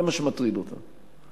זה מה שמטריד אותם.